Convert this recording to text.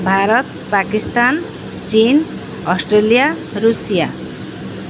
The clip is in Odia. ଭାରତ ପାକିସ୍ତାନ ଚୀନ ଅଷ୍ଟ୍ରେଲିଆ ଋଷିଆ